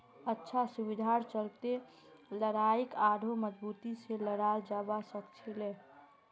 अच्छा सुविधार चलते लड़ाईक आढ़ौ मजबूती से लड़ाल जवा सखछिले